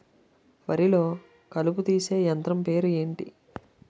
వరి లొ కలుపు తీసే యంత్రం పేరు ఎంటి?